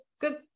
good